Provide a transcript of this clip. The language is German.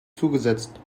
zugesetzt